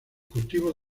cultivos